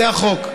זה החוק.